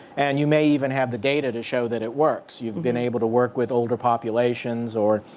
and you may even have the data to show that it works. you've been able to work with holder populations. or,